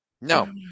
No